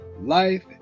life